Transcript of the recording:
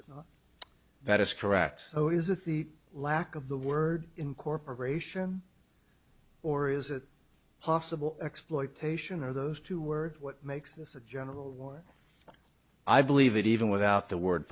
was that is correct oh is it the lack of the word incorporation or is it possible exploitation of those two words what makes this a general war i believe it even without the word